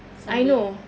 sunday